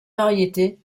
variétés